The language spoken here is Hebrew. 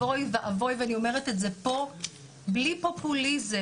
ואני אומרת את זה פה בלי פופוליזם,